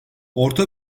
orta